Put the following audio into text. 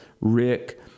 Rick